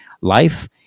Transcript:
life